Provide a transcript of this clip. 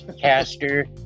caster